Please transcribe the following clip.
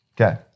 Okay